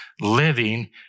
living